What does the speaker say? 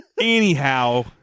Anyhow